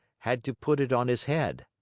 had to put it on his head.